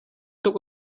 tuk